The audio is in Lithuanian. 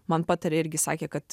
man patarė irgi sakė kad